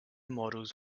models